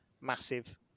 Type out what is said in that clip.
massive